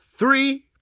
Three